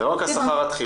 זה לא רק השכר התחילי,